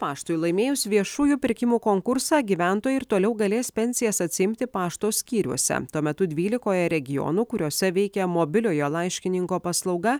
paštui laimėjus viešųjų pirkimų konkursą gyventojai ir toliau galės pensijas atsiimti pašto skyriuose tuo metu dvylikoje regionų kuriuose veikia mobiliojo laiškininko paslauga